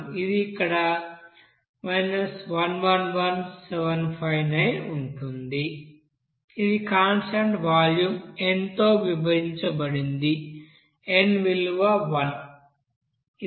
ఇది ఇక్కడ 111759 ఉంటుంది ఇది కాన్స్టాంట్ వాల్యూమ్ n తో విభజించబడింది n విలువ 1